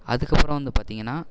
அதுக்கப்புறம் வந்து பார்த்தீங்கன்னா